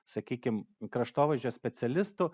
sakykim kraštovaizdžio specialistų